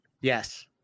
Yes